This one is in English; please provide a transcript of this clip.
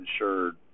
insured